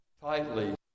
tightly